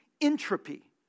entropy